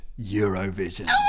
Eurovision